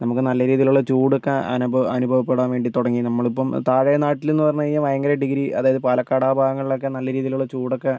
നമുക്ക് നല്ല രീതിയിൽ ഉള്ള ചൂട് ഒക്കെ അനു അനുഭവപ്പെടാൻ വേണ്ടി തുടങ്ങി നമ്മളിപ്പം താഴെ നാട്ടിൽ എന്ന് പറഞ്ഞു കഴിഞ്ഞാൽ ഭയങ്കര ഡിഗ്രി അതായത് പാലക്കാട് ആ ഭാഗങ്ങളിൽ ഒക്കെ നല്ല രീതിയിൽ ഉള്ള ചൂടൊക്കെ